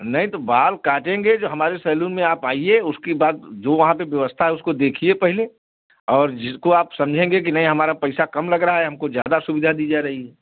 नहीं तो बाल काटेंगे जो हमारे सैलून में आप आइए उसके बाद जो वहाँ पे व्यवस्था है उसको देखिए पहले और जिसको आप समझेंगे कि नहीं हमारा पैसा कम लग रहा है हमको ज़्यादा सुविधा दी जा रही है